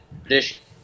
tradition